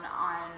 on